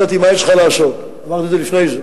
בין ברי לבין שמא, ברי עדיף.